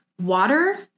water